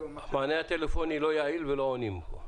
--- המענה הטלפוני לא יעיל ולא עונים בו.